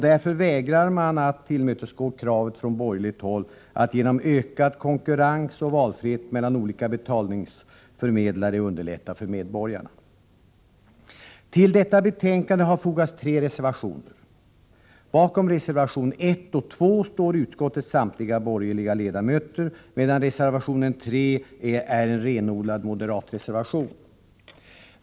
Man vägrar att tillmötesgå kravet från borgerligt håll, att genom ökad konkurrens och valfrihet mellan olika betalningsförmedlare underlätta för medborgarna. Till betänkandet har fogats tre reservationer. Bakom reservation 1 och 2 står utskottets samtliga borgerliga ledamöter, medan reservation 3 är en renodlad moderatreservation.